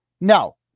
No